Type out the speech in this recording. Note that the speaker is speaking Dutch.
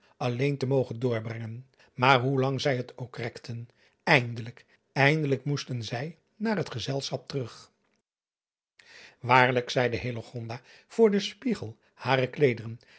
alleen te mogen doorbrengen maar hoelang zij het ook rekten eindelijk eindelijk moesten zij naar het gezelschap terug aarlijk zeide voor den spiegel hare kleederen